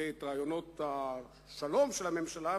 ואת רעיונות השלום של הממשלה,